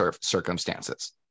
circumstances